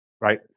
right